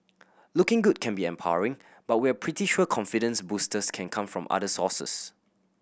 looking good can be empowering but we're pretty sure confidence boosters can come from other sources